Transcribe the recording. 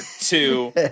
two